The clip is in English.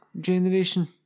generation